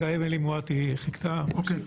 אמילי מואטי, בבקשה.